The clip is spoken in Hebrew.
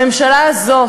הממשלה הזאת,